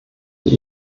die